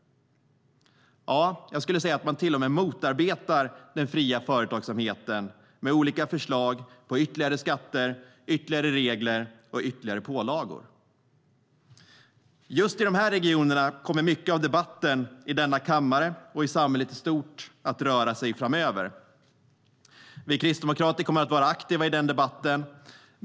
Ja, jag skulle säga att man till och med motarbetar den fria företagsamheten med olika förslag på ytterligare skatter, ytterligare regler och ytterligare pålagor. Just i de här regionerna kommer mycket av debatten i denna kammare och i samhället i stort att röra sig framöver. Vi kristdemokrater kommer att vara aktiva i den debatten.